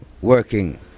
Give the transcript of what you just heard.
working